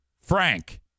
Frank